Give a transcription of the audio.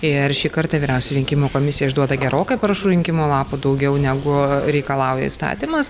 ir šį kartą vyriausioji rinkimų komisija išduoda gerokai parašų rinkimo lapų daugiau negu reikalauja įstatymas